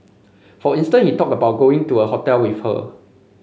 for instance he talked about going to a hotel with her